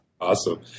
Awesome